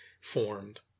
formed